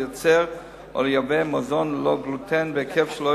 לייצר או לייבא מזון ללא גלוטן בהיקף שלא